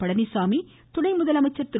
பழனிச்சாமி துணை முதலமைச்சர் திரு